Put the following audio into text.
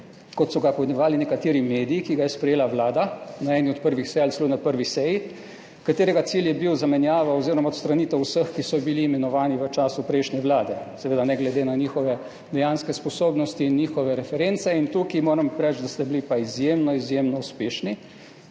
kot so ga poimenovali nekateri mediji, ki ga je sprejela Vlada na eni od prvih sej ali celo na prvi seji, katerega cilj je bil zamenjava oziroma odstranitev vseh, ki so bili imenovani v času prejšnje vlade, seveda, ne glede na njihove dejanske sposobnosti in njihove reference. Tukaj moram reči, da ste bili pa izjemno, izjemno uspešni.